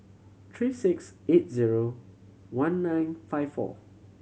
three six eight zero one nine five four